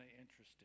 interesting